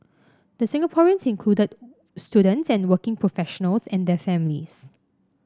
the Singaporeans included students and working professionals and their families